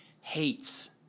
hates